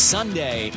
Sunday